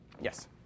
Yes